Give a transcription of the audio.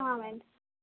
అవునండి